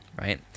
right